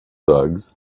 dogs